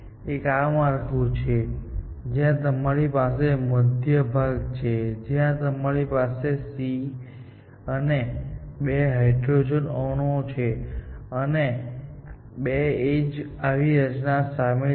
એક આ માળખું છે જ્યાં તમારી પાસે મધ્ય ભાગ છે જ્યાં તમારી પાસે C અને 2 હાઇડ્રોજન અણુઓ છે અને બે એજમાં આવી રચના શામેલ છે